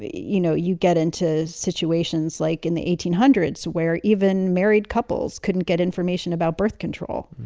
you know, you get into situations like in the eighteen hundreds where even married couples couldn't get information about birth control,